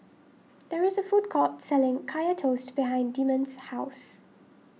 there is a food court selling Kaya Toast behind Demond's house